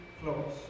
close